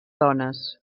dones